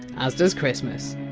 as does christmas